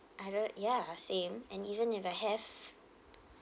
I don't ya same and even if I have